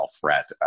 fret